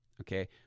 Okay